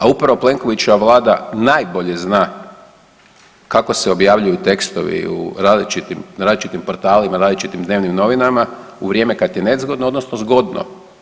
A upravo Plenkovićeva vlada najbolje zna kako se objavljuju tekstovi u različitim portalima, različitim dnevnim novinama u vrijeme kad je nezgodno odnosno zgodno.